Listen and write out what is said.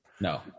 No